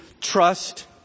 trust